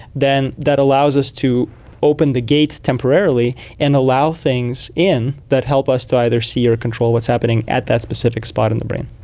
then that allows us to open the gate temporarily and allow things in that help us to either see or control what's happening at that specific spot in the brain.